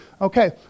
Okay